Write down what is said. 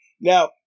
now